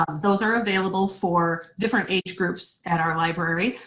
ah those are available for different age groups at our library.